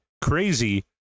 Crazy